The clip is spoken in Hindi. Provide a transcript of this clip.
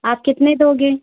आप कितने दोगे